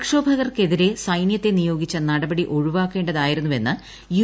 പ്രക്ഷോഭകർക്കെതിരെ സൈനൃത്തെ നിയോഗിച്ച നടപടി ഒഴിവാക്കേണ്ടതായിരുന്നുവെന്ന് യു